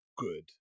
good